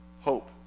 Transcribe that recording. hope